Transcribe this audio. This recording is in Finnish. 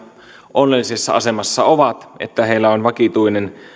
onnellisessa asemassa ovat että heillä on vakituinen